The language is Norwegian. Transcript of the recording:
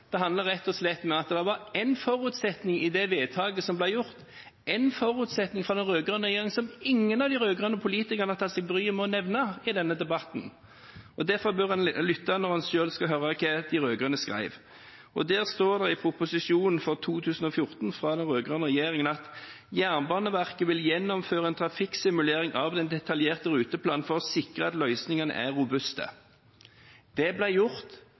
det handler rett og slett om at det var én forutsetning i det vedtaket som ble gjort, én forutsetning fra den rød-grønne regjeringen som ingen av de rød-grønne politikerne har tatt seg bryet med å nevne i denne debatten. Derfor bør de rød-grønne lytte når de får høre hva de selv skrev. Det står i proposisjonen for 2014 fra den rød-grønne regjeringen: «Jernbaneverket vil gjennomføre en trafikksimulering av den detaljerte ruteplanen for å sikre at løsningene er robuste.» Det ble gjort